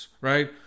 right